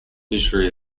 fishery